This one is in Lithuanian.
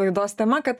laidos tema kad